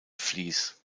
vlies